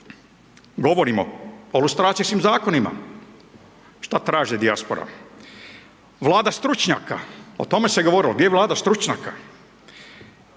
govorimo o lustracijskim Zakonima, šta traži dijaspora. Vlada stručnjaka, o tome se govorilo, gdje je Vlada stručnjaka,